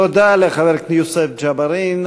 תודה לחבר הכנסת יוסף ג'בארין.